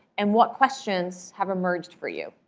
and what questions have emerged for you?